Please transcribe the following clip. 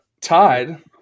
Tied